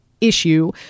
issue